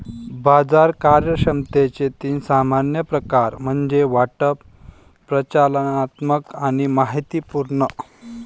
बाजार कार्यक्षमतेचे तीन सामान्य प्रकार म्हणजे वाटप, प्रचालनात्मक आणि माहितीपूर्ण